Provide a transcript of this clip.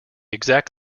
exact